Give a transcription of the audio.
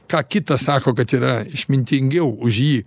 ką kita sako kad yra išmintingiau už jį